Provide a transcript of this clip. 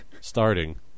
starting